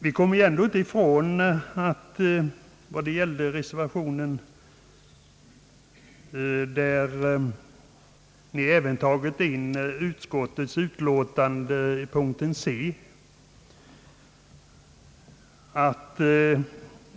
Vi kommer ändå inte ifrån att i den reservation det här gäller även tagits in utskottets förslag under punkten 1 c.